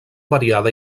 variada